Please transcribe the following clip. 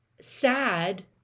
sad